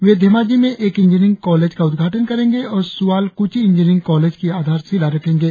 वे धेमाजी में एक engineering college का उद्घाटन करेंगे और सुआलकुची इंजीनियरिंग कालेज की आधारशिला रखेंगे